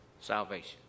salvation